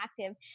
active